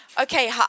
Okay